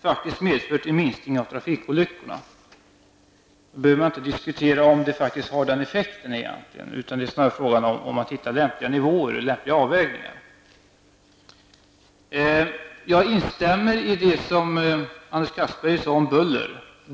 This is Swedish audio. faktiskt har medfört en minskning av antalet trafikolyckor. Man behöver inte diskutera om det har den effekten. Det är snarast fråga om att hitta lämpliga nivåer och lämpliga avvägningar. Jag instämmer i det som Anders Castberger sade om buller.